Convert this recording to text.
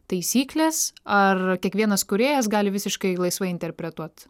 taisyklės ar kiekvienas kūrėjas gali visiškai laisvai interpretuot